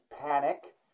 panic